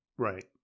Right